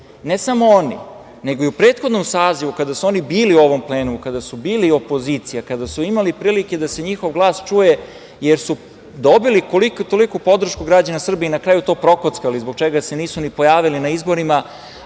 ne samo oni, nego i u prethodnom sazivu, kada su oni bili u ovom plenumu, kada su bili opozicija, kada su imali prilike da se njihov glas čuje, jer su dobili koliko-toliko podršku građana Srbije i na kraju to prokockali, zbog čega se nisu ni pojavili na izborima,